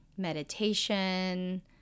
Meditation